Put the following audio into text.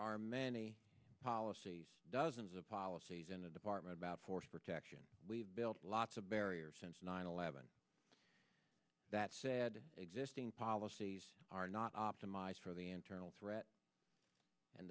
are many policies dozens of policies in the department about force protection we've built lots of barriers since nine eleven that said existing policies are not optimized for the internal threat and